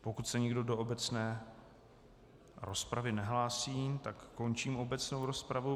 Pokud se nikdo do obecné rozpravy nehlásí, končím obecnou rozpravu.